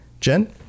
jen